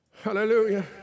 Hallelujah